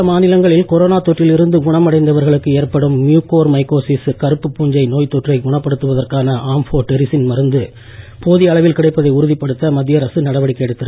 பூஞ்சைநோய் நாட்டின் சில மாநிலங்களில் கொரோனா தொற்றில் இருந்து குணமடைந்தவர்களுக்கு ஏற்படும் மியூகோர் மைகோசிஸ் கருப்பு பூஞ்சை நோய்த் தொற்றை குணப்படுத்துவதற்கான ஆம்ஃபோடெரிசின் மருந்து போதிய அளவில் கிடைப்பதை உறுதிப்படுத்த மத்திய அரசு நடவடிக்கை எடுத்துள்ளது